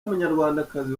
munyarwandakazi